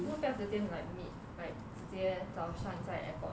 做么不要直接 like meet like 直接早上在 airport